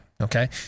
Okay